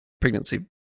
pregnancy